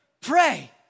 pray